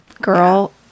girl